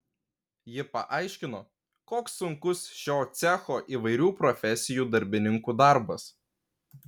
ji paaiškino koks sunkus šio cecho įvairių profesijų darbininkų darbas